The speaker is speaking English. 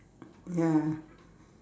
ya